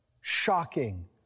shocking